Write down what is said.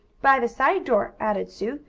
by the side door, added sue.